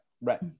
right